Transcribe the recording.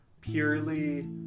purely